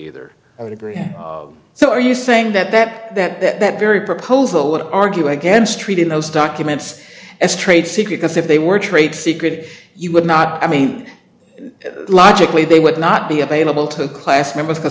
either i would agree and so are you saying that that that that that very proposal would argue against treating those documents as trade secrets if they were trade secret you would not i mean logically they would not be available to class members because